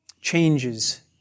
changes